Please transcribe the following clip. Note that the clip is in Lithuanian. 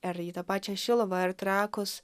ar į tą pačią šiluvą ar trakus